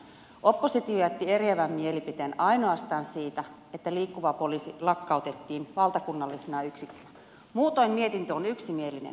oppositio jätti eriävän mielipiteen ainoastaan siitä että liikkuva poliisi lakkautettiin valtakunnallisena yksikkönä muutoin mietintö on yksimielinen